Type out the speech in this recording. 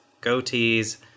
goatees